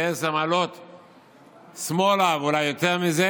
זה עשר מעלות שמאלה, ואולי יותר מזה.